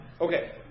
Okay